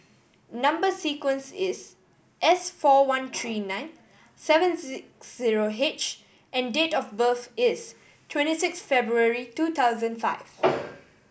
number sequence is S four one three nine seven six zero H and date of birth is twenty six February two thousand five